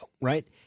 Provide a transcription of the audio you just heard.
right